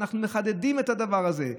אנחנו מחדדים את הדבר הזה.